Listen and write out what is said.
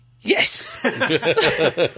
yes